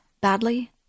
badly